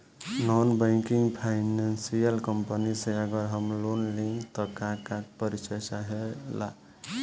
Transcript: Non banking financial company से अगर हम लोन लि त का का परिचय चाहे ला?